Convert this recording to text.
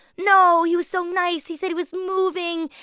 no, he was so nice. he said he was moving.